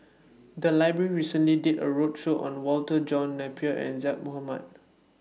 The Library recently did A roadshow on Walter John Napier and Zaqy Mohamad